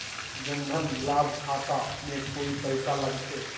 जन धन लाभ खाता में कोइ पैसों लगते?